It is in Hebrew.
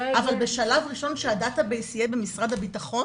אבל בשלב ראשון שהדאטה בייס יהיה במשרד הבטחון?